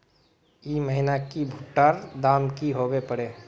ई महीना की भुट्टा र दाम की होबे परे?